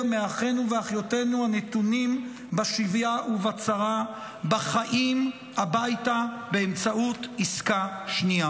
מאחינו ואחיותינו הנתונים בשבייה ובצרה בחיים הביתה באמצעות עסקה שנייה.